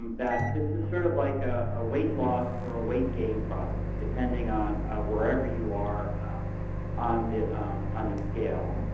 that this is sort of like ah a weight loss or a weight gain process, depending on wherever you are on the on the scale.